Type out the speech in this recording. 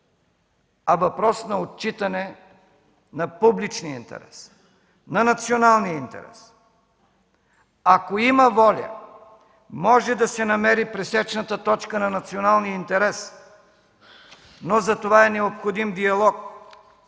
а въпрос на отчитане на публичния интерес, на националния интерес. Ако има воля, може да се намери пресечната точка на националния интерес, но за това е необходим диалог,